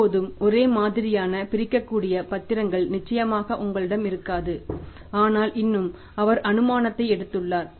எப்போதுமே ஒரே மாதிரியான பிரிக்கக்கூடிய பத்திரங்கள் நிச்சயமாக உங்களிடம் இருக்காது ஆனால் இன்னும் அவர் அனுமானத்தை எடுத்துள்ளார்